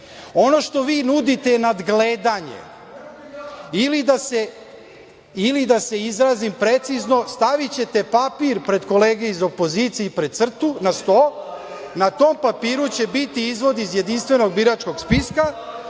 Ono što vi nudite je nadgledanje, ili da se izrazim precizno, stavićete papir pred kolege iz opozicije i pred CRTA na sto, na tom papiru će biti izvod iz jedinstvenog biračkog spiska